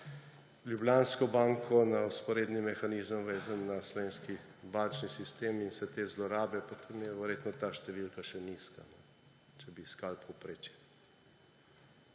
Ljubljansko banko, na vzporedni mehanizem, vezan na slovenski bančni sistem, in vse te zlorabe, potem je verjetno ta številka še nizka, če bi iskal povprečje.